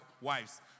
wives